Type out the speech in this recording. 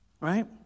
Right